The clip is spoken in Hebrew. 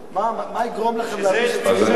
מה יגרום לכם להבין שצריך, בשביל זה יש ממשלה.